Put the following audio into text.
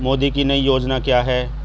मोदी की नई योजना क्या है?